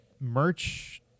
merch